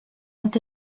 ont